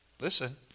Listen